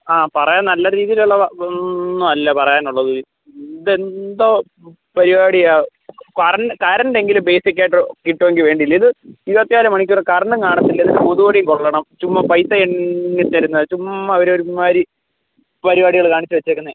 ആ പറയാൻ നല്ല രീതിയിലുള്ള ഇതൊന്നു അല്ല പറയാനുള്ളത് ഇതെന്തോ പരിപാടിയാണ് കറണ്ട് കറണ്ടെങ്കിലും ബേസിക്കായിട്ട് കിട്ടുവെങ്കിൽ വേണ്ടീല ഇത് ഇരുപത്തിനാല് മണിക്കൂറും കറണ്ടും കാണത്തില്ല എന്നിട്ട് കൊതുക് കടിയും കൊള്ളണം ചുമ്മാതെ പൈസ എണ്ണി തരുന്നത് ചുമ്മാതെ ഒരു ഒരുമാതിരി പരിപാടികൾ കാണിച്ചു വച്ചേക്കുന്നു